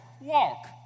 walk